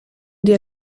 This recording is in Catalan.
dia